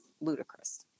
ludicrous